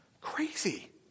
Crazy